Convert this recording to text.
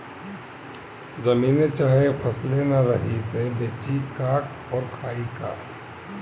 जमीने चाहे फसले ना रही त बेची का अउर खाई का